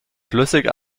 flüssig